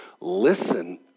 listen